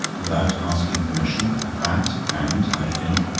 without asking permission, a fat and, i think,